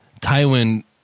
Tywin